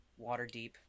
Waterdeep